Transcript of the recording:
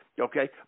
Okay